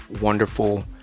wonderful